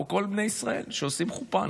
כמו כל בני ישראל שעושים חופה,